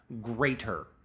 greater